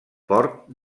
port